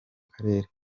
karere